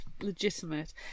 Legitimate